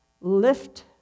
Lift